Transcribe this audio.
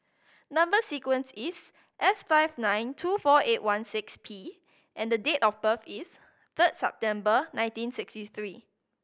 number sequence is S five nine two four eight one six P and date of birth is third September nineteen sixty three